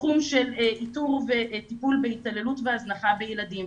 בתחום של איתור וטיפול בהתעללות והזנחה בילדים.